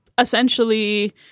essentially